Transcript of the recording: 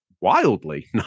wildly